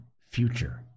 future